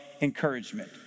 encouragement